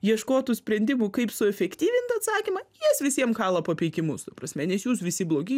ieškotų sprendimų kaip suefektyvint atsakymą jis visiem kala papeikimus ta prasme nes jūs visi blogi